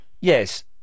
Yes